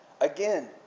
Again